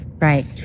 right